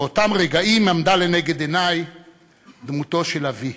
באותם רגעים עמדה לנגד עיני דמותו של אבי.